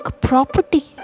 property